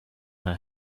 her